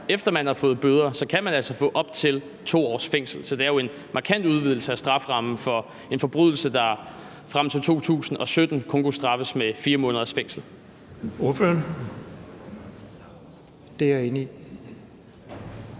efter at man har fået bøder, få op til 2 års fængsel. Så det er jo en markant udvidelse af strafferammen for en forbrydelse, der frem til 2017 kun kunne straffes med 4 måneders fængsel.